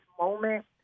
moment